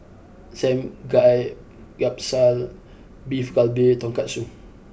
Samgyeopsal Beef Galbi Tonkatsu